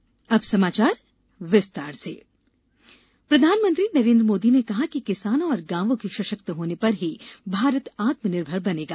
मन की बात प्रधानमंत्री नरेन्द्र मोदी ने कहा है कि किसानों और गांवों के सशक्त होने पर ही भारत आत्म निर्भर बनेगा